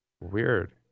Weird